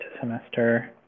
semester